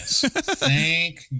Thank